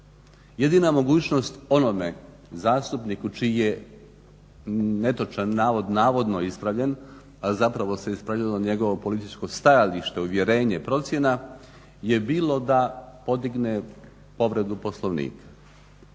Jedina mogućnost onome zastupniku čiji je netočan navod navodno ispravljen, a zapravo se ispravljalo njegovo političko stajalište, uvjerenje, procjena je bilo da podigne povredu Poslovnika.